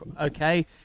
okay